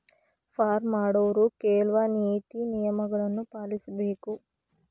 farm ಮಾಡೊವ್ರು ಕೆಲ್ವ ನೇತಿ ನಿಯಮಗಳನ್ನು ಪಾಲಿಸಬೇಕ